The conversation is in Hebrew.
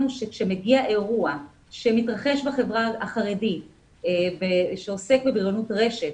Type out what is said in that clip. שכאשר מגיע אירוע שמתרחש בחברה החרדית שעוסק בבריונות רשת,